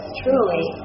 truly